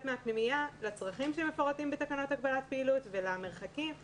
מן הפנימייה לצרכים שמפורטים בתקנות הגבלת פעילות ולמרחקים שנקבעו,